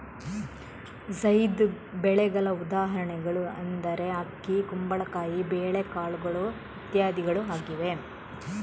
ಝೈದ್ ಬೆಳೆಗಳ ಉದಾಹರಣೆಗಳು ಎಂದರೆ ಅಕ್ಕಿ, ಕುಂಬಳಕಾಯಿ, ಬೇಳೆಕಾಳುಗಳು ಇತ್ಯಾದಿಗಳು ಆಗಿವೆ